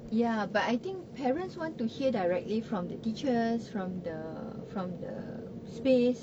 ya but I think parents want to hear directly from the teachers from the from the space